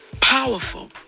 powerful